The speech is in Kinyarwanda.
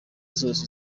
zose